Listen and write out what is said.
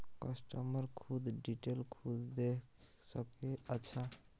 customer खुद detail खुद देख सके अच्छा